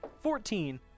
Fourteen